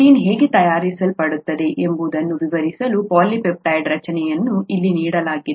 protein ಹೇಗೆ ತಯಾರಿಸಲ್ಪಡುತ್ತದೆ ಎಂಬುದನ್ನು ವಿವರಿಸಲು ಪಾಲಿಪೆಪ್ಟೈಡ್ ರಚನೆಯನ್ನು ಇಲ್ಲಿ ನೀಡಲಾಗಿದೆ